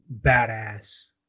badass